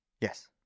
Yes